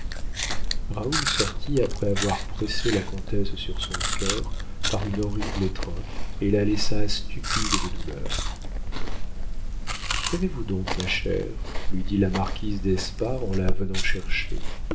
raoul sortit après avoir pressé la comtesse sur son cœur par une horrible étreinte et la laissa stupide de douleur qu'avez-vous donc ma chère lui dit la marquise d'espard en la venant chercher